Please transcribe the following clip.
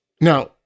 Now